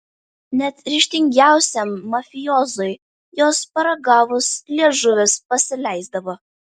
net ryžtingiausiam mafiozui jos paragavus liežuvis pasileisdavo